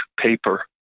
paper